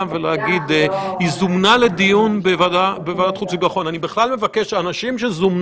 הוא חריג ביותר, הוא לא מוצדק, הוא לא מידתי.